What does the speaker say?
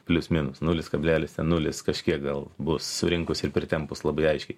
plius minus nulis kablelis ten nulis kažkiek gal bus surinkus ir pritempus labai aiškiai